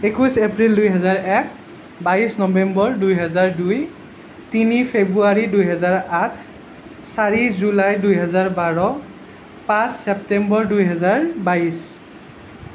একৈছ এপ্ৰিল দুইহাজাৰ এক বাইছ নৱেম্বৰ দুহেজাৰ দুই তিনি ফেব্ৰুৱাৰী দুহেজাৰ আঠ চাৰি জুলাই দুহেজাৰ বাৰ পাঁচ ছেপ্তেম্বৰ দুহেজাৰ বাইছ